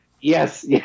Yes